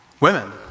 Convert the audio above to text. women